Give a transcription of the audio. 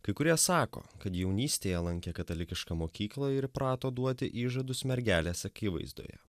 kai kurie sako kad jaunystėje lankė katalikišką mokyklą ir įprato duoti įžadus mergelės akivaizdoje